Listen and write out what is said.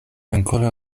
ankoraŭ